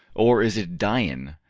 or is it dian,